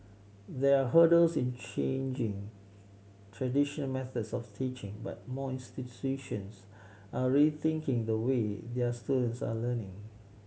there are hurdles in changing traditional methods of teaching but more institutions are rethinking the way their students are learning